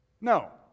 no